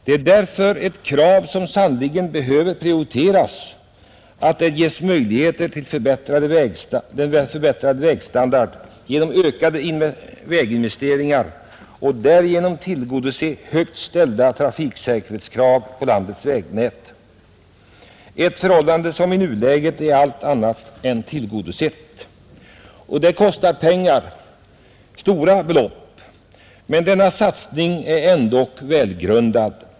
Det är därför ett krav som sannerligen behöver prioriteras att det ges möjlighet till förbättring av vägstandarden genom ökade väginvesteringar för att man därigenom skall kunna uppfylla högt ställda trafiksäkerhetskrav på landets vägnät, ett behov som i nuläget är allt annat än tillgodsett. Detta kostar pengar, stora pengar. Men den satsningen är ändå välgrundad.